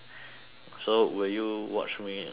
so will you watch me swim